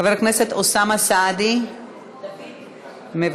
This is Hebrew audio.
חבר הכנסת אוסאמה סעדי, מוותר,